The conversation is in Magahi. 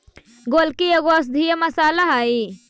गोलकी एगो औषधीय मसाला हई